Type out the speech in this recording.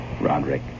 Roderick